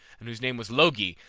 and whose name was logi,